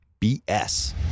BS